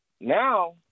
now